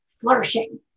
flourishing